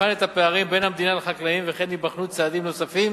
יבחן את הפערים בין המדינה לחקלאים וכן ייבחנו צעדים נוספים